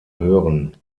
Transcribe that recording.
hören